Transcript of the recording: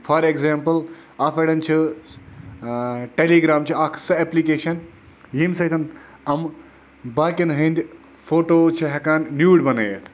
for example اَتھ پیٚٹھ چھِ ٹیلِگرام چھِ اَکھ سۄ ایپلِکیشَن ییٚمہِ سۭتۍ یِم باقیَن ہٕنٛدۍ فوٹوٗز چھِ ہٮ۪کان نیوٗڑ بَنٲوِتھ